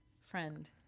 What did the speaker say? friend